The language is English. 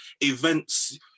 events